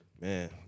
Man